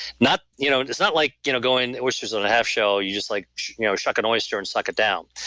you know and it's not like you know going oysters on a half shell you just like you know chuck an oysters and suck it down.